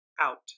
out